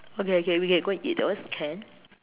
okay okay we can go and eat that one also can